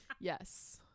yes